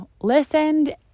listened